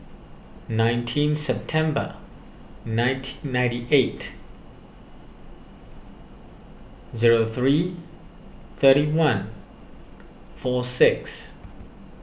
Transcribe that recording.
nineteen September nineteen ninety eight zero three thirty one four six